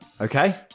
Okay